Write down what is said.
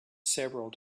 several